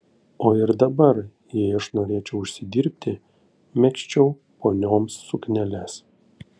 o ir dabar jei aš norėčiau užsidirbti megzčiau ponioms sukneles